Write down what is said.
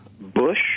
Bush